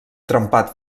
trempat